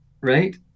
right